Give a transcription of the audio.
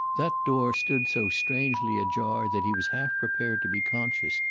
that door stood so strangely ajar that he was half-prepared to be conscious,